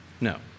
No